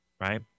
right